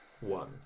one